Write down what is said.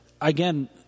again